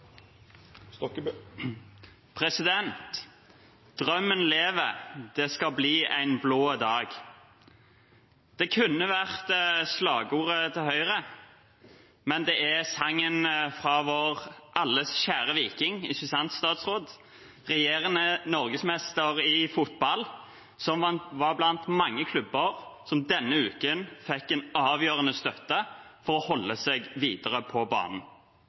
det skal bli en blåe dag». Det kunne vært slagordet til Høyre, men det er sangen til vår alles kjære Viking – ikke sant, statsråd – regjerende norgesmester i fotball, som var blant mange klubber som denne uken fikk en avgjørende støtte til å holde seg videre på banen.